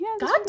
God